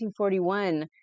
1941